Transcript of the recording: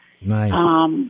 Nice